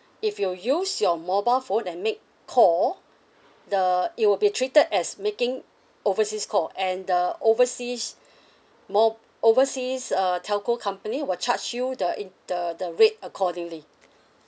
if you use your mobile phone and make call the it will be treated as making overseas call and the overseas mo~ overseas uh telco company will charge you the in the the rate accordingly